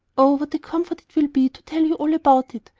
oh, what a comfort it will be to tell you all about it,